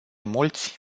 mulți